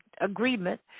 agreement